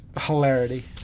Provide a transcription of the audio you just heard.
hilarity